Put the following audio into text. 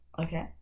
Okay